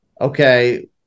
okay